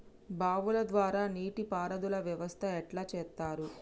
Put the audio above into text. బావుల ద్వారా నీటి పారుదల వ్యవస్థ ఎట్లా చేత్తరు?